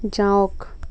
যাওক